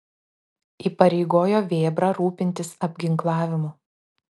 įpareigojo vėbrą rūpintis apginklavimu